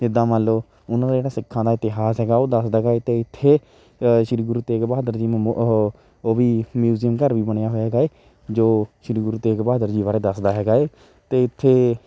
ਜਿੱਦਾਂ ਮੰਨ ਲਉ ਉਹਨਾਂ ਦਾ ਜਿਹੜਾ ਸਿੱਖਾਂ ਦਾ ਇਤਿਹਾਸ ਹੈਗਾ ਉਹ ਦੱਸਦਾ ਹੈਗਾ ਅਤੇ ਇੱਥੇ ਸ਼੍ਰੀ ਗੁਰੂ ਤੇਗ ਬਹਾਦਰ ਜੀ ਮਮ ਉਹ ਉਹ ਵੀ ਮਿਊਜ਼ੀਅਮ ਘਰ ਵੀ ਬਣਿਆ ਹੋਇਆ ਹੈਗਾ ਹੈ ਜੋ ਸ਼੍ਰੀ ਗੁਰੂ ਤੇਗ ਬਹਾਦਰ ਜੀ ਬਾਰੇ ਦੱਸਦਾ ਹੈਗਾ ਹੈ ਅਤੇ ਇੱਥੇ